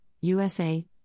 USA